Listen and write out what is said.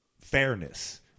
fairness